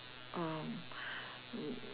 um